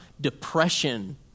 depression